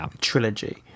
trilogy